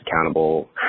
accountable